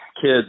kids